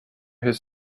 his